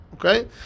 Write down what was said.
Okay